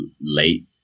late